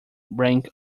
rank